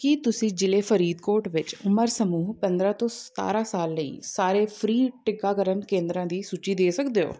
ਕੀ ਤੁਸੀਂ ਜ਼ਿਲ੍ਹੇ ਫਰੀਦਕੋਟ ਵਿੱਚ ਉਮਰ ਸਮੂਹ ਪੰਦਰਾਂ ਤੋਂ ਸਤਾਰਾਂ ਸਾਲ ਲਈ ਸਾਰੇ ਫ੍ਰੀ ਟੀਕਾਕਰਨ ਕੇਂਦਰਾਂ ਦੀ ਸੂਚੀ ਦੇ ਸਕਦੇ ਹੋ